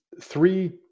three